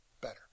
better